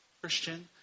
Christian